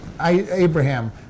Abraham